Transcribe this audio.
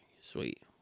Sweet